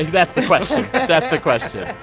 that's the question that's the question.